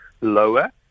lower